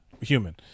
human